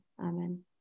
Amen